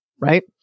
right